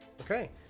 okay